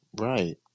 right